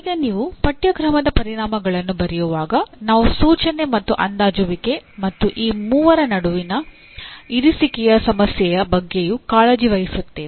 ಈಗ ನೀವು ಪಠ್ಯಕ್ರಮದ ಪರಿಣಾಮಗಳನ್ನು ಬರೆಯುವಾಗ ನಾವು ಸೂಚನೆ ಮತ್ತು ಅಂದಾಜುವಿಕೆ ಮತ್ತು ಈ ಮೂವರ ನಡುವಿನ ಇರಿಸಿಕೆಯ ಸಮಸ್ಯೆಯ ಬಗ್ಗೆಯೂ ಕಾಳಜಿ ವಹಿಸುತ್ತೇವೆ